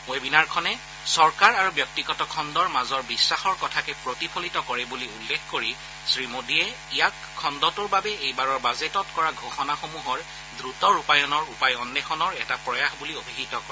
ৱেবিনাৰখনে চৰকাৰ আৰু ব্যক্তিগত খণ্ডৰ মাজৰ বিশ্বাসৰ কথাকে প্ৰতিফলিত কৰে বুলি উল্লেখ কৰি শ্ৰীমোডীয়ে ইয়াক খণ্ডটোৰ বাবে এইবাৰৰ বাজেটত কৰা ঘোষণাসমূহৰ দ্ৰুত ৰূপায়ণৰ উপায় অন্নেষণৰ এটা প্ৰয়াস বুলি অভিহিত কৰে